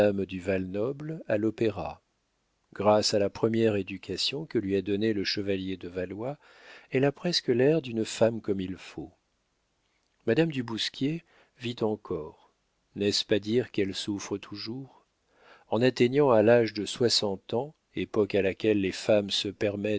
de valnoble à l'opéra grâce à la première éducation que lui a donnée le chevalier de valois elle a presque l'air d'une femme comme il faut madame du bousquier vit encore n'est-ce pas dire qu'elle souffre toujours en atteignant à l'âge de soixante ans époque à laquelle les femmes se permettent